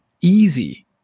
easy